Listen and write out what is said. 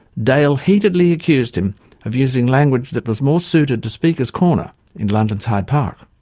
dale heatedly accused him of using language that was more suited to speakers' corner in london's hyde park.